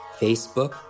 Facebook